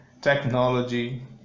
technology